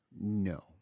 No